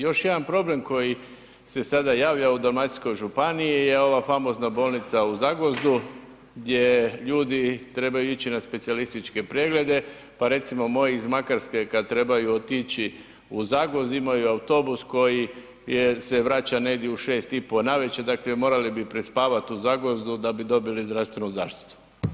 Još jedan problem koji se sada javlja u dalmatinskoj županiji je ova famozna Bolnica u Zagvozdu gdje ljudi trebaju ići na specijalističke preglede pa recimo moji iz Makarske kada trebaju otići u Zagvozd imaju autobus koji se vraća negdje u šest i po navečer, dakle morali bi prespavati u Zagvozdu da bi dobili zdravstvenu zaštitu.